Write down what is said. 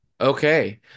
Okay